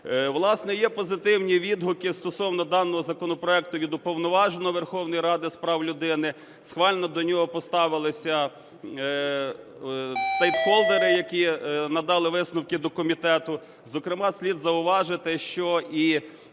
Власне є позитивні відгуки стосовно даного законопроекту від Уповноваженого Верховної Ради з прав людини, схвально до нього поставилися стейкхолдери, які надали висновки до комітету, зокрема слід зауважити, що і